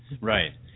Right